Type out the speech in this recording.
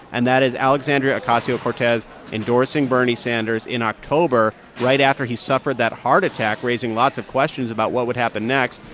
and that is alexandria ocasio-cortez endorsing bernie sanders in october right after he suffered that heart attack, raising lots of questions about what would happen next.